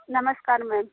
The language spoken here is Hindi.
नमस्कार मैम